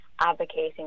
advocating